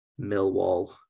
Millwall